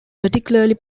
particularly